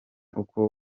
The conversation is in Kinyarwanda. uko